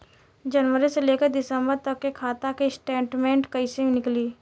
जनवरी से लेकर दिसंबर तक के खाता के स्टेटमेंट कइसे निकलि?